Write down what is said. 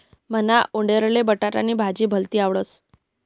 मन्हा आंडोरले बटाटानी भाजी भलती आवडस